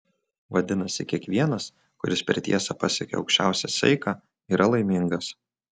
vadinasi kiekvienas kuris per tiesą pasiekia aukščiausią saiką yra laimingas